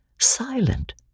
silent